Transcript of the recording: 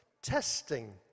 testing